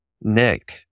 Nick